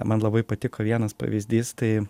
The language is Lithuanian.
man labai patiko vienas pavyzdys tai